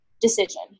decision